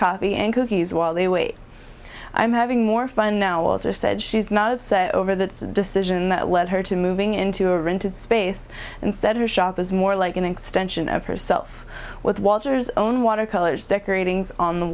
coffee and cookies while they wait i'm having more fun now walter said she's not of say over the decision that led her to moving into a rented space instead her shop is more like an extension of herself with walter's own watercolors decorating on the